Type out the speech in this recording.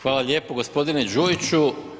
Hvala lijepo g. Đujiću.